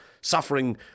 suffering